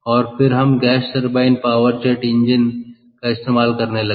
और हम gas turbine power jet engine का इस्तेमाल करने लगे